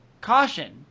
Caution